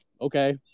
okay